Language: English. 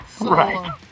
Right